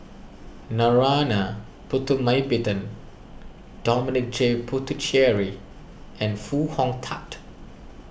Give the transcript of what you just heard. Narana Putumaippittan Dominic J Puthucheary and Foo Hong Tatt